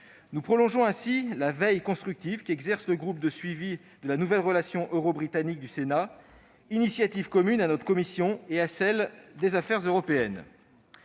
Nous prolongeons ainsi la veille constructive qu'exerce le groupe de suivi de la nouvelle relation eurobritannique du Sénat, initiative commune à notre commission et à celle des affaires européennes.